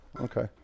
Okay